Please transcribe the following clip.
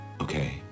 Okay